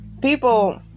people